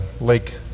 Lake